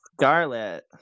Scarlet